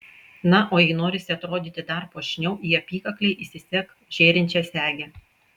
na o jei norisi atrodyti dar puošniau į apykaklę įsisek žėrinčią segę